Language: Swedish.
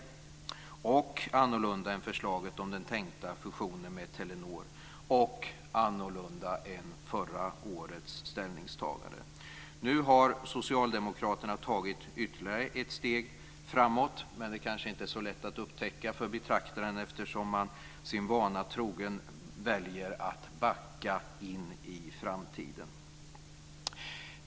Det är också annorlunda än förslaget om den tänkta fusionen med Telenor och annorlunda än förra årets ställningstagande. Nu har socialdemokraterna tagit ytterligare ett steg framåt, men det är kanske inte så lätt att upptäcka för betraktaren eftersom man sin vana trogen väljer att backa in i framtiden.